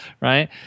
right